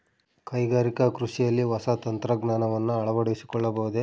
ಕೈಗಾರಿಕಾ ಕೃಷಿಯಲ್ಲಿ ಹೊಸ ತಂತ್ರಜ್ಞಾನವನ್ನ ಅಳವಡಿಸಿಕೊಳ್ಳಬಹುದೇ?